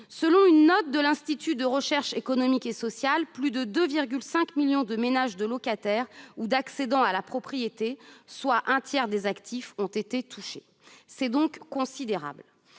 Selon une note de l'Institut de recherches économiques et sociales (IRES), plus de 2,5 millions de ménages de locataires ou d'accédants à la propriété, soit un tiers des actifs, ont été touchés. C'est considérable.